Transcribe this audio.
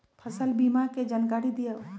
फसल बीमा के जानकारी दिअऊ?